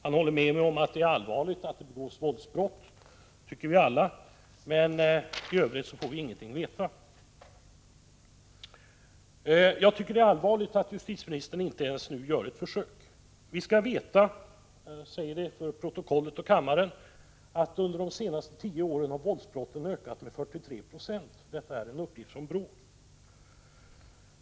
Han håller med mig om att det är allvarligt att det begås våldsbrott — och det tycker vi alla — men i övrigt får vi ingenting veta. Jag tycker det är allvarligt att justitieministern inte ens gör ett försök att precisera sig. Vi skall veta — jag säger detta för protokollet och till kammaren —- att våldsbrotten under de senaste tio åren har ökat med 43 96. Detta är en uppgift från BRÅ.